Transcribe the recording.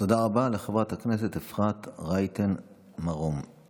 תודה רבה לחברת הכנסת אפרת רייטן מרום.